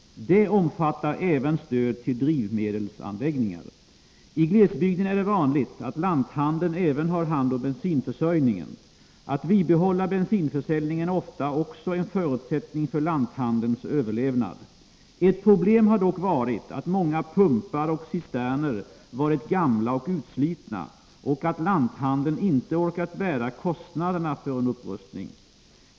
Det omfattar även stöd till drivmedelsanläggningar. I glesbygden är det vanligt att lanthandeln även har hand om bensinförsörjningen. Att bibehålla bensinförsäljningen är ofta också en förutsättning för lanthandelns överlevnad. Ett problem har dock varit att många pumpar och cisterner varit gamla och utslitna och att lanthandeln inte orkat bära kostnaderna för en upprustning.